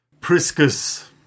Priscus